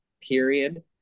period